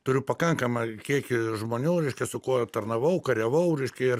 turiu pakankamą kiekį žmonių reiškia su kuo tarnavau kariavau reiškia ir